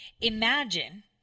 imagine